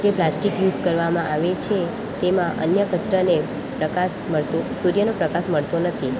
જે plastic use કરવામાં આવે છે તેમાં અન્ય કચરાને પ્રકાશ મળતો સૂર્યનો પ્રકાશ મળતો નથી